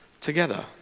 together